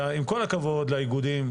עם כל הכבוד לאיגודים,